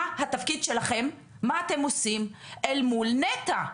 מה התפקיד שלכם, מה אתם עושים, אל מול נת"ע.